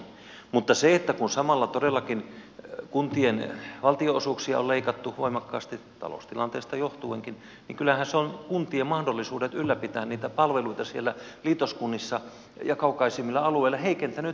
mutta kun samalla todellakin kuntien valtionosuuksia on leikattu voimakkaasti taloustilanteesta johtuenkin niin kyllähän se on kuntien mahdollisuuksia ylläpitää niitä palveluita siellä liitoskunnissa ja kaukaisimmilla alueilla heikentänyt merkittävällä tavalla